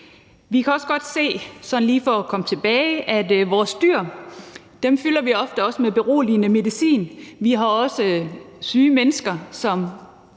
at vi også godt kan se, at vi ofte fylder vores dyr med beroligende medicin. Vi har også syge mennesker,